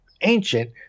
ancient